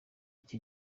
icyo